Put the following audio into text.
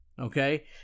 okay